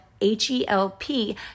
H-E-L-P